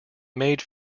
made